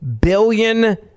billion